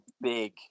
big